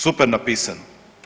Super napisano.